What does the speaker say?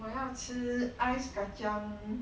我要吃 ice kacang